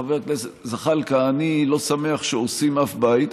חבר הכנסת זחאלקה: אני לא שמח שהורסים אף בית,